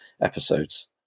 episodes